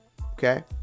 Okay